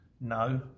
No